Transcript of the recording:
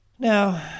Now